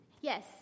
Yes